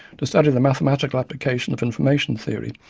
to study the mathematical application of information theory